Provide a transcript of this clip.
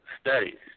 studies